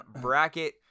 bracket